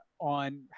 on